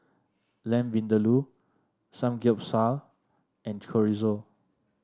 Lamb Vindaloo Samgyeopsal and Chorizo